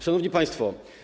Szanowni Państwo!